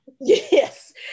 yes